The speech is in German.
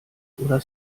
oder